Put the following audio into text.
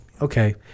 okay